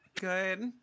Good